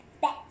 Bet